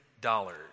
dollars